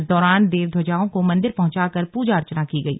इस दौरान देवध्वजाओं को मंदिर पहुंचाकर प्रजा अर्चना की गई